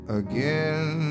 again